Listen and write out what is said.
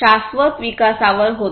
शाश्वत विकासावर होतो